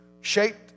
shaped